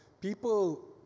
people